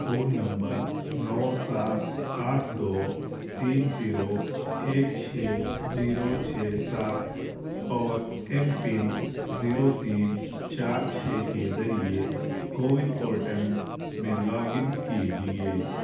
phone number نو سات آٹھ دو تین زیرو ایک چھ زیرو چھ سات اور ایم پن زیرو تین چار چھ کے ذریعے کوون پورٹل میں لاگ ان کیجیے